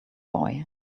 boy